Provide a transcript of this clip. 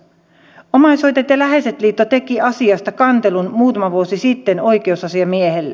omaishoitajat ja läheiset liitto teki asiasta kantelun muutama vuosi sitten oikeusasiamiehelle